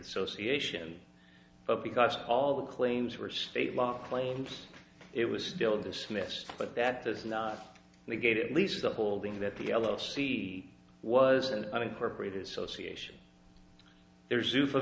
association but because all the claims were state law claims it was still dismissed but that does not negate at least the holding that the yellow sea was an unincorporated association there's you for